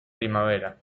primavera